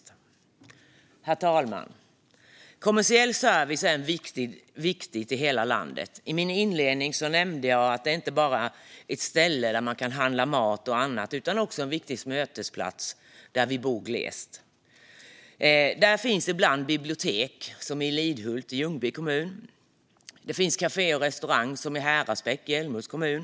Det är viktigt med kommersiell service i hela landet. I min inledning nämnde jag att det inte bara är ett ställe där man kan handla mat och annat, utan det är också en viktig mötesplats för oss som bor glest. Där finns ibland bibliotek, som i Lidhult i Ljungby kommun. Där finns kafé och restaurang, som i Häradsbäck i Älmhults kommun.